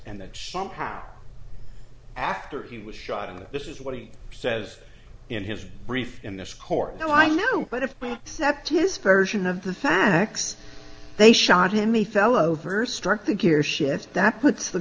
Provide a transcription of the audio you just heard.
and that somehow after he was shot and this is what he says in his brief in this court now i know but if by accepting his version of the facts they shot him a fell over struck the gearshift that puts the